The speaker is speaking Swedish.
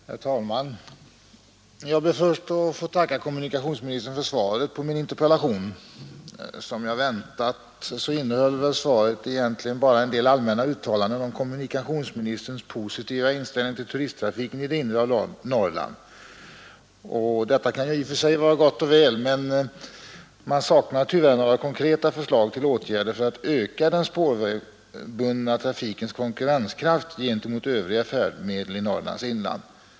Herr talman! Jag ber först att få tacka kommunikationsministern för svaret på min interpellation. Som jag väntat innehöll det egentligen bara en del allmänna uttalanden om kommunikationsministerns positiva inställning till turisttrafiken i det inre av Norrland. Detta kan i och för sig vara gott och väl, men man saknar tyvärr konkreta förslag till åtgärder för att öka den spårbundna trafikens konkurrenskraft gentemot övriga färdmedel i Norrlands inland.